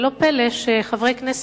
ולא פלא שחברי כנסת,